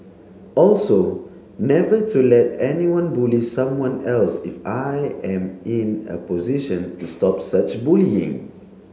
also never to let anyone bully someone else if I am in a position to stop such bullying